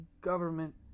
government